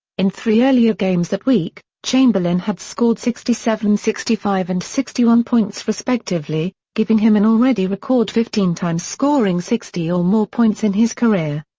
in three earlier games that week, chamberlain had scored sixty seven, sixty five, and sixty one points respectively, giving him an already-record fifteen times scoring sixty or more points in his career.